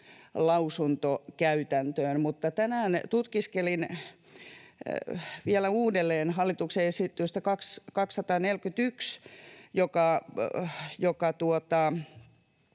lausuntokäytäntöön. Mutta tänään tutkiskelin vielä uudelleen hallituksen esitystä 241